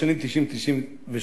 בשנים 1990 1992,